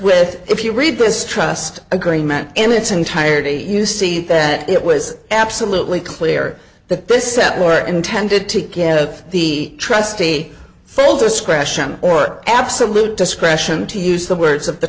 with if you read this trust agreement in its entirety you see that it was absolutely clear that this at work intended to give the trustee folders question or absolute discretion to use the words of the